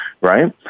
right